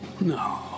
No